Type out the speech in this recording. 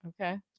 Okay